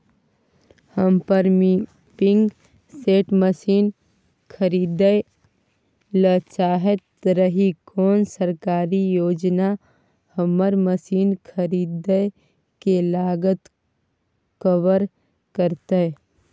हम pumping set machine खरीदैय ल चाहैत रही कोन सरकारी योजना हमर मसीन खरीदय के लागत कवर करतय?